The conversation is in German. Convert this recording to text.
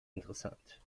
interessant